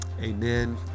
Amen